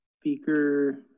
speaker